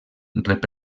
rep